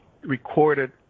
recorded